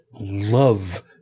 love